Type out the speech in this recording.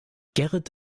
gerrit